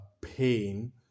pain